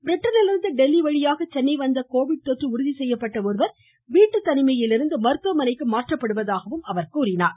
பிரிட்டனிலிருந்து டெல்லி வழியாக சென்னை வந்த கோவிட் தொற்று உறுதி செய்யப்பட்ட ஒருவர் வீட்டு தனிமையிலிருந்து மருத்துவமனைக்கு மாற்றப்படுவதாக தெரிவித்தார்